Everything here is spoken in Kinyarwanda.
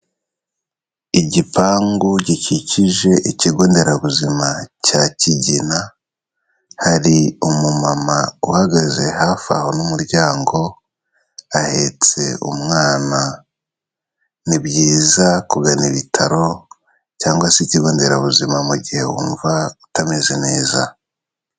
Igipangu gikikije ikigo nderabuzima cya Kigina, hari umumama uhagaze hafi aho n'umuryango, ahetse umwana, ni byiza kugana ibitaro cyangwa se ikigo nderabuzima mu gihe wumva utameze neza.